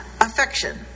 affection